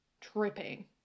tripping